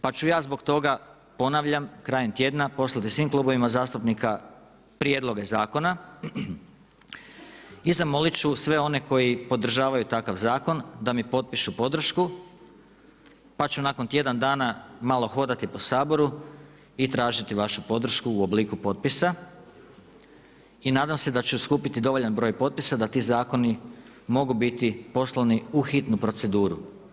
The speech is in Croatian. Pa ću ja zbog toga ponavljam, krajem tjedna poslati svim klubovima zastupnika prijedloge zakona i zamolit ću sve one koji podržavaju takav zakon da mi potpišu podršku pa ću nakon tjedan dana malo hodati po Saboru i tražiti vašu podršku u obliku potpisa i nadam se da ću skupiti dovoljan broj potpisa da ti zakoni mogu biti poslani u hitnu proceduru.